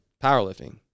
powerlifting